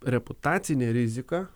reputacinė rizika